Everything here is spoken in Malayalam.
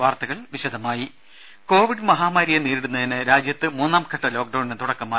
വാർത്തകൾ വിശദമായി കോവിഡ് മഹാമാരിയെ നേരിടുന്നതിന് രാജ്യത്ത് മൂന്നാംഘട്ട ലോക്ഡൌണിന് തുടക്കമായി